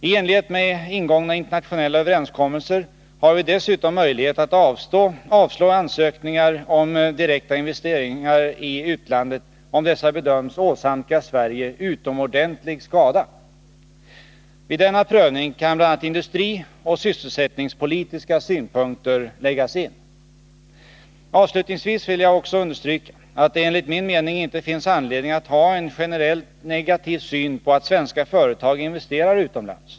I enlighet med ingångna internationella överenskommelser har vi dessutom möjlighet att avslå ansökningar om direkta investeringar i utlandet, om dessa bedöms åsamka Sverige utomordentlig skada. Vid denna prövning kan bl.a. industrioch sysselsättningspolitiska synpunkter anläggas. Avslutningsvis vill jag också understryka att det enligt min mening inte finns anledning att ha en generellt negativ syn på att svenska företag investerar utomlands.